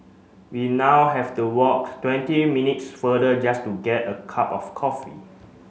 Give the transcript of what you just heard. we now have to walk twenty minutes farther just to get a cup of coffee